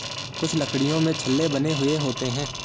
कुछ लकड़ियों में छल्ले बने हुए होते हैं